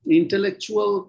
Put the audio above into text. intellectual